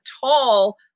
tall